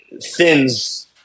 thins –